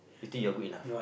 you think you are good enough